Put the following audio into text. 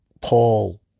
Paul